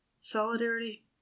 Solidarity